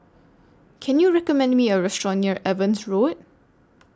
Can YOU recommend Me A Restaurant near Evans Road